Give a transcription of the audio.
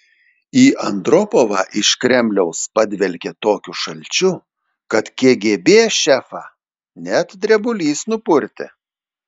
į andropovą iš kremliaus padvelkė tokiu šalčiu kad kgb šefą net drebulys nupurtė